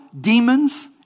demons